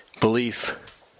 belief